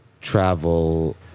travel